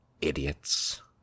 idiots